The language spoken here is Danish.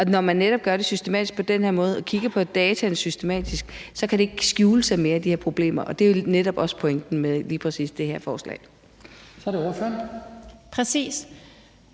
Og når man netop gør det systematisk på den her måde og kigger på dataene systematisk, kan det ikke skjules mere, at der er de her problemer. Og det er jo netop også pointen med lige præcis det her forslag. Kl. 17:34 Den fg.